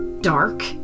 dark